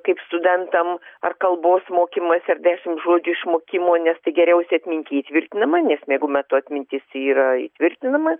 kaip studentam ar kalbos mokymas ar dešimt žodžių išmokimo nes tai geriausia atminty įtvirtinama nes miego metu atmintis yra įtvirtinama